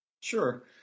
Sure